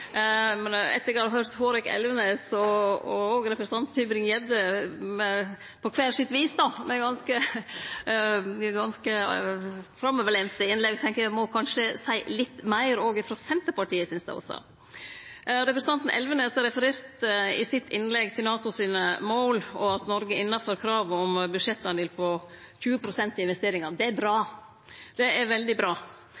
men etter å ha høyrt representantane Hårek Elvenes’ og Christian Tybring-Gjeddes – på kvar sitt vis – ganske framoverlente innlegg, må eg kanskje seie litt meir frå Senterpartiet sin ståstad. Representanten Elvenes refererte i sitt innlegg til NATO sine mål, og at Noreg er innanfor kravet om 20 pst. av budsjettet til investeringar. Det er veldig bra.